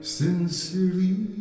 sincerely